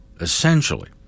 essentially